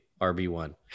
rb1